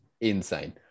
insane